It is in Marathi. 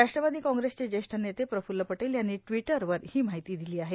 राष्ट्रवादी काँग्रेसचे ज्येष्ठ नेते प्रफुल्ल पटेल यांनी ट्वीटरवर ही माहिती दिली आहे